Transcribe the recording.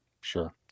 sure